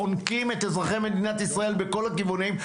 חונקים את אזרחי מדינת ישראל בכל הכיוונים.